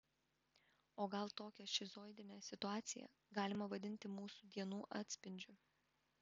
o gal tokią šizoidinę situaciją galima vadinti mūsų dienų atspindžiu